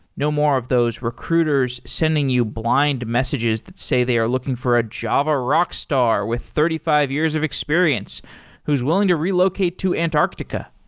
no more of those recruiters sending you blind messages that say they are looking for a java rockstar with thirty five years of experience who's willing to relocate to antarctica.